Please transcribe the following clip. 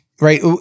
right